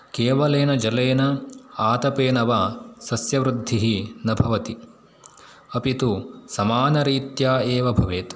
केवलेन जलेन आतपेन वा सस्यवृद्धिः न भवति अपि तु समानरीत्या एव भवेत्